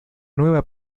nueva